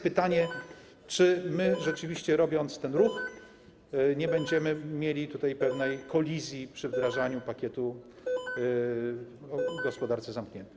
Pytanie: Czy my rzeczywiście, robiąc ten ruch, nie będziemy mieli pewnej kolizji przy wdrażaniu pakietu w gospodarce zamkniętej?